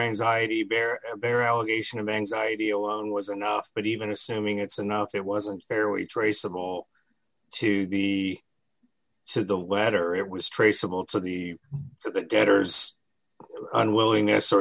anxiety bear bear allegation of anxiety alone was enough but even assuming it's enough it wasn't fair we traceable to the to the latter it was traceable to the to the debtors unwillingness or